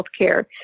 healthcare